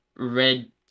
Red